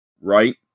right